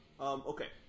Okay